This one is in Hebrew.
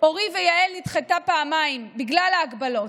אורי ויעל, נדחתה פעמיים בגלל ההגבלות.